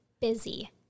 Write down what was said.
busy